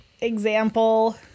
example